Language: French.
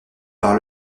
par